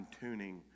tuning